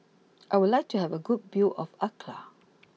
I would like to have a good view of Accra